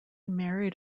married